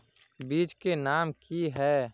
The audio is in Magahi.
बीज के नाम की है?